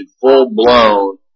full-blown